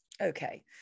okay